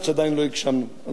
אדוני היושב-ראש,